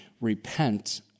repent